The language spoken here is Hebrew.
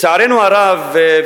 לצערנו הרב,